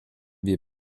wir